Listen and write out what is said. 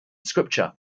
scripture